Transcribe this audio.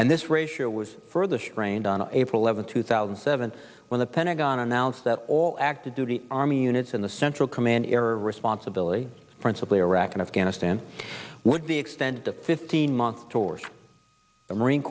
and this ratio was further strained on april eleventh two thousand and seven when the pentagon announced that all active duty army units in the central command error responsibility principally iraq and afghanistan would be extended to fifteen month tours the marine